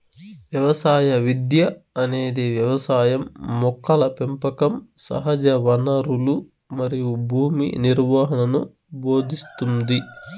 వ్యవసాయ విద్య అనేది వ్యవసాయం మొక్కల పెంపకం సహజవనరులు మరియు భూమి నిర్వహణను భోదింస్తుంది